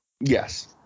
Yes